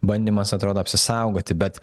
bandymas atrodo apsisaugoti bet